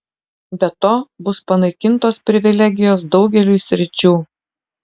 be to bus panaikintos privilegijos daugeliui sričių